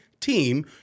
team